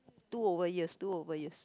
two over years two over years